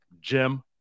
Jim